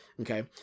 Okay